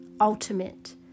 ultimate